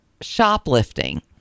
shoplifting